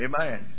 amen